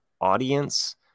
audience